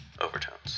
overtones